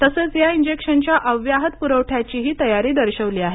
तसंच या इंजेक्शनच्या अव्याहत पुरवठ्याचीही तयारी दर्शवली आहे